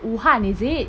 wuhan is it